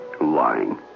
Lying